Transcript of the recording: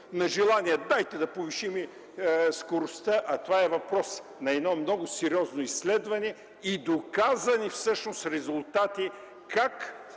на желание: „Дайте да повишим скоростта”, а това е въпрос на едно много сериозно изследване и доказани всъщност резултати как